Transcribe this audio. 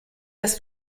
das